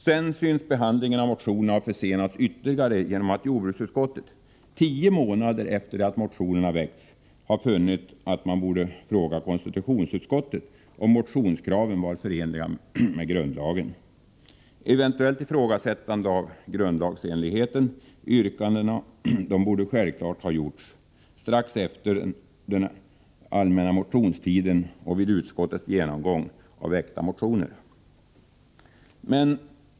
Sedan synes behandlingen av motionerna ha försenats ytterligare på grund av att jordbruksutskottet, tio månader efter det att motionerna väckts, har funnit att man borde fråga konstitutionsutskottet om motionskraven är förenliga med grundlagen. Eventuellt ifrågasättande av grundlagsenligheten i yrkandena borde självklart ha gjorts strax efter den allmänna motionstiden, vid utskottets genomgång av väckta motioner.